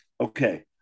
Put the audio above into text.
Okay